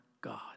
God